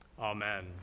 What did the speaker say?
Amen